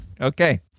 Okay